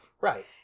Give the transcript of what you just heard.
Right